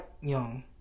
young